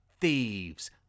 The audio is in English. thieves